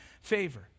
favor